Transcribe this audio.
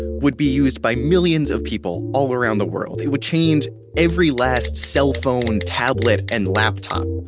would be used by millions of people all around the world. it would change every last cell phone, tablet, and laptop,